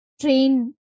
train